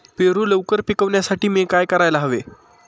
पेरू लवकर पिकवण्यासाठी मी काय करायला हवे?